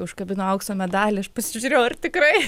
užkabino aukso medalį aš pasižiūrėjau ar tikrai